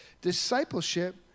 discipleship